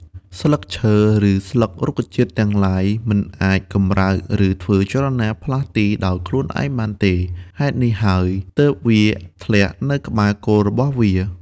ស្លឹកឈើឬស្លឹករុក្ខជាតិទាំងឡាយ មិនអាចកម្រើក ឬធ្វើចលនា ផ្លាស់ទីដោយខ្លួនឯងបានទេ ហេតុនេះហើយទើបវាធ្លាក់នៅក្បែរគល់របស់វា។